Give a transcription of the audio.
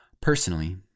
Personally